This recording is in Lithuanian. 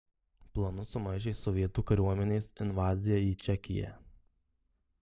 planus sumaišė sovietų kariuomenės invazija į čekiją